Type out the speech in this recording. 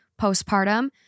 postpartum